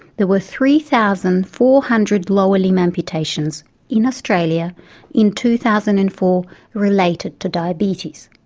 there were three thousand four hundred lower limb amputations in australia in two thousand and four related to diabetes.